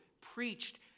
preached